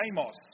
Amos